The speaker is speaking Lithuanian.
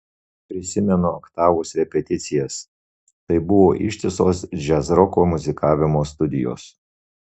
prisimenu oktavos repeticijas tai buvo ištisos džiazroko muzikavimo studijos